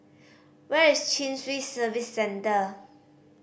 where is Chin Swee Service Centre